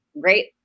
great